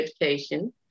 Education